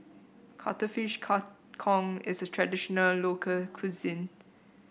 Cuttlefish Kang Kong is a traditional local cuisine